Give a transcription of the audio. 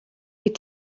wyt